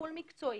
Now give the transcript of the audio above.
שיקולים משקיים